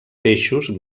peixos